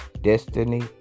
destiny